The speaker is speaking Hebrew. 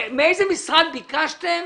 מאיזה משרד ביקשתם